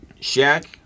Shaq